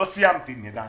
אני מבקש